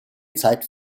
zeit